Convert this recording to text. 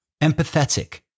empathetic